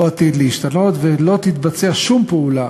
לא עתיד להשתנות, ולא עתידה להתבצע שום פעולה